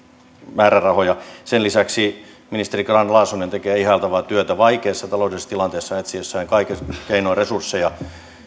määrärahoja sen lisäksi ministeri grahn laasonen tekee ihailtavaa työtä vaikeassa taloudellisessa tilanteessa etsiessään kaikin keinoin resursseja